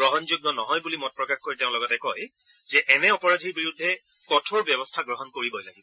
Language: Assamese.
গ্ৰহণযোগ্য নহয় বুলি মত প্ৰকাশ কৰি তেওঁ লগতে কয় যে এনে অপৰাধীৰ বিৰুদ্ধে কঠোৰ ব্যৱস্থা গ্ৰহণ কৰিবই লাগিব